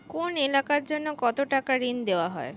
কোন এলাকার জন্য কত টাকা ঋণ দেয়া হয়?